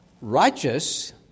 Righteous